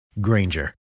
Granger